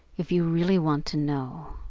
if you really want to know,